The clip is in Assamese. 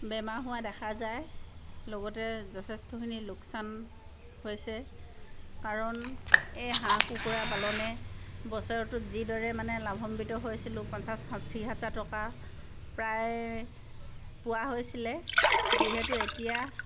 বেমাৰ হোৱা দেখা যায় লগতে যথেষ্টখিনি লোকচান হৈছে কাৰণ এই হাঁহ কুকুৰা পালনে বছৰটোত যিদৰে মানে লাভাম্বিত হৈছিলোঁ পঞ্চাছ ষাঠি হাজাৰ টকা প্ৰায় পোৱা হৈছিলে যিহেতু এতিয়া